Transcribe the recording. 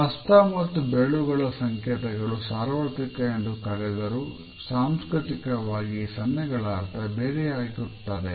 ಹಸ್ತ ಮತ್ತು ಬೆರಳುಗಳ ಸಂಕೇತಗಳು ಸಾರ್ವರ್ತಿಕ ಎಂದು ಕರೆದರು ಸಾಂಸ್ಕೃತಿಕವಾಗಿ ಈ ಸನ್ನೆಗಳ ಅರ್ಥ ಬೇರೆಯಾಗುತ್ತದೆ